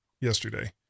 yesterday